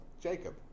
Jacob